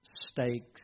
stakes